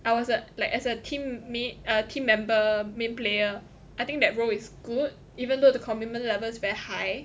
I was like as a team mate a team member main player I think that role is good even though the commitment level is very high